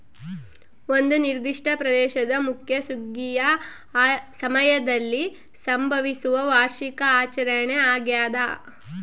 ಒಂದು ನಿರ್ದಿಷ್ಟ ಪ್ರದೇಶದ ಮುಖ್ಯ ಸುಗ್ಗಿಯ ಸಮಯದಲ್ಲಿ ಸಂಭವಿಸುವ ವಾರ್ಷಿಕ ಆಚರಣೆ ಆಗ್ಯಾದ